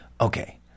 okay